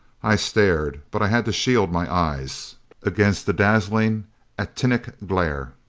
i stared, but i had to shield my eyes against the dazzling actinic glare,